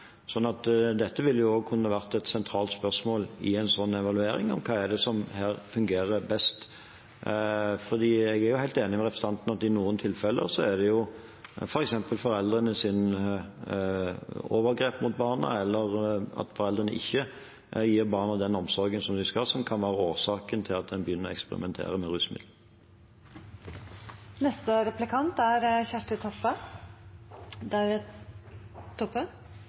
Dette ville kunne vært et sentralt spørsmål i en sånn evaluering om hva som fungerer best. Jeg er helt enig med representanten i at det i noen tilfeller f.eks. er foreldrenes overgrep mot barna eller at de ikke gir barna omsorgen de skal ha, som kan være årsaken til at barna begynner å eksperimentere med